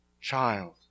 child